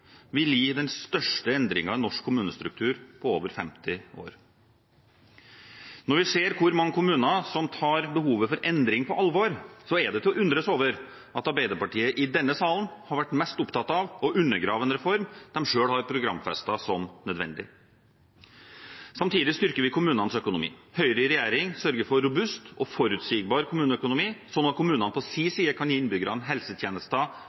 vil gi den største endringen i norsk kommunestruktur på over 50 år. Når vi ser hvor mange kommuner som tar behovet for endring på alvor, er det til å undres over at Arbeiderpartiet i denne salen har vært mest opptatt av å undergrave en reform de selv har programfestet som nødvendig. Samtidig styrker vi kommunenes økonomi. Høyre i regjering sørger for robust og forutsigbar kommuneøkonomi, slik at kommunene på sin side kan gi innbyggerne helsetjenester,